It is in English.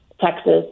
Texas